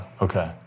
okay